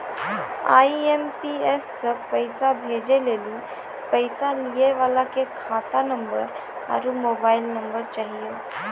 IMPS से पैसा भेजै लेली पैसा लिये वाला के खाता नंबर आरू मोबाइल नम्बर चाहियो